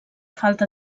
falta